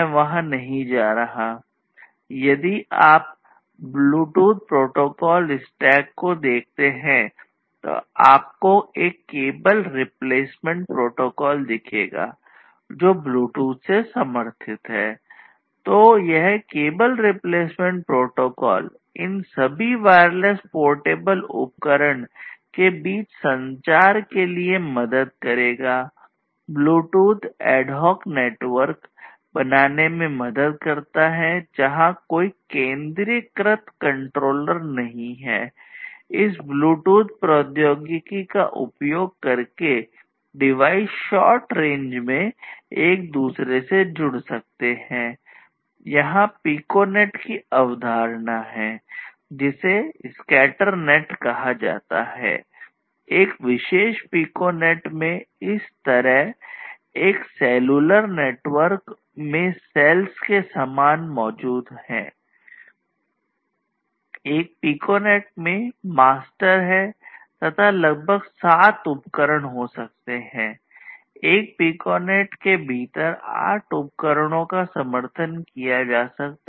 वहाँ पिकोनेट उपकरण अधिकतम 7 उपकरण तक मास्टर से जुड़ सकते हैं